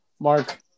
Mark